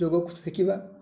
ଯୋଗ ଶିଖିବା